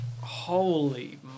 holy